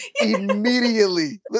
immediately